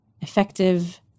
effective